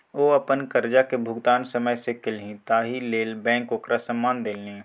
ओ अपन करजाक भुगतान समय सँ केलनि ताहि लेल बैंक ओकरा सम्मान देलनि